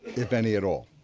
if any at all.